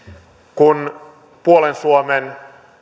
kun puolen suomen